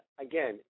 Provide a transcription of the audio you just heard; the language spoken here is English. again